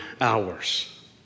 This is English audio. hours